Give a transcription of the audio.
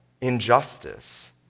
injustice